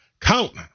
count